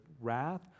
wrath